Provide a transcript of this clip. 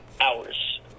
hours